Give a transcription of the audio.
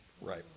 Right